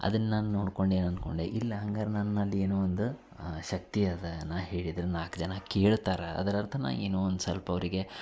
ಅದನ್ನು ನಾನು ನೋಡ್ಕೊಂಡು ಏನು ಅಂದ್ಕೊಂಡೆ ಇಲ್ಲ ಹಂಗಾರೆ ನನ್ನಲ್ಲಿ ಏನೋ ಒಂದು ಶಕ್ತಿ ಅದ ನಾ ಹೇಳಿದ್ರೆ ನಾಲ್ಕು ಜನ ಕೇಳ್ತಾರೆ ಅದರರ್ಥ ನಾ ಏನೋ ಒಂದು ಸಲ್ಪ ಅವರಿಗೆ